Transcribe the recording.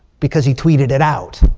because he tweeted it out.